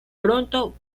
pronto